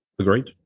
Agreed